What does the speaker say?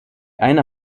eine